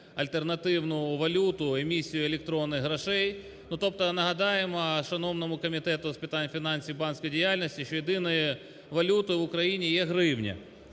альтернативну валюту, емісію електронних грошей. Ну, тобто нагадаємо шановному Комітету з питань фінансів банківської діяльності, що єдиною валютою в Україні є гривня.